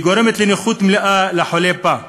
והיא גורמת לנכות מלאה לחולה בה.